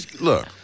Look